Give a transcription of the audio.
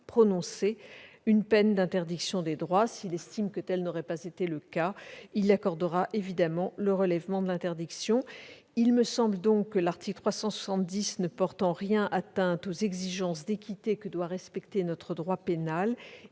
prononcé une peine d'interdiction des droits. S'il estime que tel n'aurait pas été le cas, il accordera évidemment le relèvement. Il me semble donc que l'article 370 ne porte en rien atteinte aux exigences d'équité que doit respecter notre droit pénal